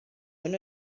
hwn